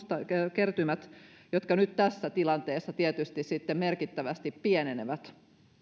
kertymät jotka nyt tässä tilanteessa tietysti merkittävästi pienenevät